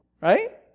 right